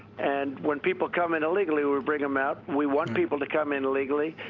and when people come in illegally, we bring them out. we want people to come in legally.